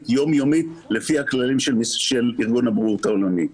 יום-יומית לפי הכללים של ארגון הבריאות העולמי.